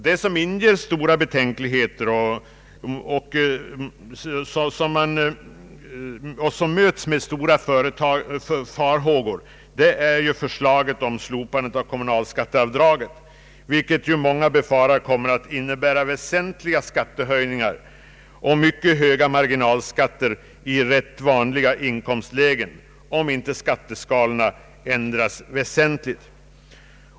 Det som inger stora betänkligheter är förslaget om slopandet av kommunalskatteavdraget, vilket många befarar kommer att innebära väsentliga skattehöjningar och höga marginalskatter i ganska vanliga inkomstlägen, om inte skatteskalorna ändras väsentligt.